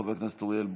חבר הכנסת אוריאל בוסו,